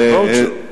ואוצ'ר.